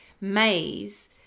maze